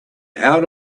out